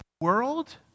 world